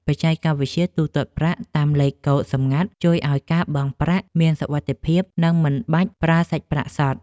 បច្ចេកវិទ្យាទូទាត់ប្រាក់តាមលេខកូដសម្ងាត់ ជួយឱ្យការបង់ប្រាក់មានសុវត្ថិភាព និងមិនបាច់ប្រើសាច់ប្រាក់សុទ្ធ។